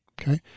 Okay